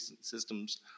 systems